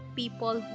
people